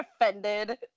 offended